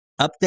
update